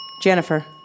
Jennifer